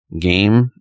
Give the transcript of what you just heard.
game